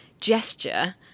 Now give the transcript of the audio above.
gesture